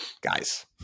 guys